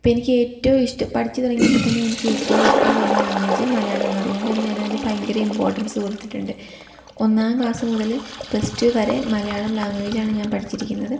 ഇപ്പം എനിക്ക് ഏറ്റവും ഇഷ്ടം പഠിച്ച് തുടങ്ങിയപ്പോൾ തന്നെ എനിക്ക് ഏറ്റവും ഇഷ്ടം തോന്നിയ ലാംഗ്വേജ് മലയാളമാണ് അതു കൊണ്ടു തന്നെ ഞാനതിന് ഭയങ്കര ഇമ്പോർട്ടൻസ് കൊടുത്തിട്ടുണ്ട് ഒന്നാം ക്ലാസ്സ് മുതൽ പ്ലസ് ടു വരെ മലയാളം ലാംഗ്വേജാണ് ഞാൻ പഠിച്ചിരിക്കുന്നത്